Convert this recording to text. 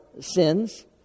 sins